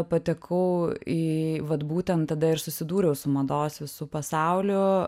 patekau į vat būtent tada ir susidūriau su mados visu pasauliu